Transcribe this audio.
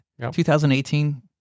2018